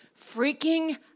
freaking